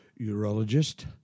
urologist